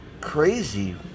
crazy